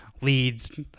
leads